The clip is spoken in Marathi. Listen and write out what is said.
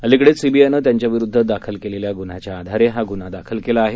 अलिकडेच सीबीआयनं त्यांच्याविरुद्ध दाखल केलेल्या गुन्ह्याच्या आधारे हा गुन्हा दाखल केला आहे